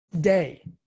day